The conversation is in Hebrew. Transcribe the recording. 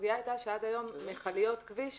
הסוגיה הייתה שעד היום מכליות כביש